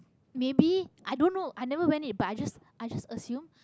maybe i don't knowI never went in but Ii just i just assume